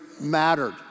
mattered